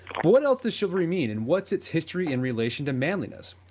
what else does chivalry mean? and what's its history in relation to manliness,